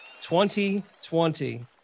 2020